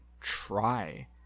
try